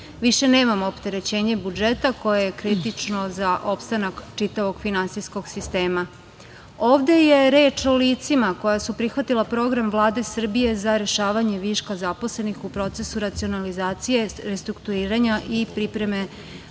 Više nemamo opterećenje budžeta koje je kritično za opstanak čitavog finansijskog sistema. Ovde je reč o licima koja su prihvatila program Vlade Srbije za rešavanje viška zaposlenih u procesu racionalizacije, restrukturiranja i pripreme